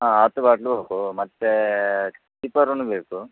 ಹಾಂ ಹತ್ತು ಬಾಟ್ಲು ಬೇಕು ಮತ್ತು ಚೀಪರುನು ಬೇಕು